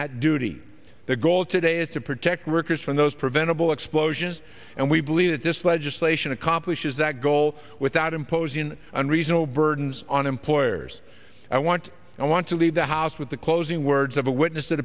that duty the goal today is to protect workers from those preventable explosions and we believe that this legislation accomplishes that goal without imposing unreasonable burdens on employers i want i want to leave the house with the closing words of a witness that